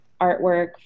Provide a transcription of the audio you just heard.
artwork